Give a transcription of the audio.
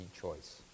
choice